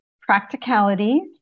practicality